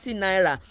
naira